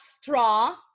straw